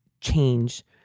change